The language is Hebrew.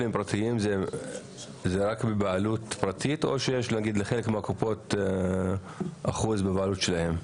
פרטיים זה רק בבעלות פרטית או שיש נגיד לחלק מהקופות אחוז בבעלות שלהם?